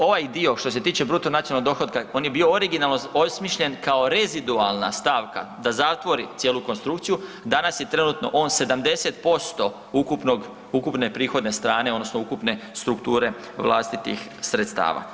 Ovo, ovaj dio što se tiče bruto nacionalnog dohotka, on je bio originalno osmišljen kao rezidualna stavka da zatvori cijelu konstrukciju, danas je trenutno on 70% ukupnog, ukupne prihodne stane, odnosno ukupne strukture vlastitih sredstava.